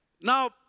Now